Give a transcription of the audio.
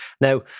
Now